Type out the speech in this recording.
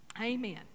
Amen